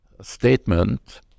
statement